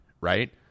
right